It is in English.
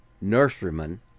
nurseryman